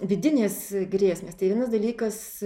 vidinės grėsmės tai vienas dalykas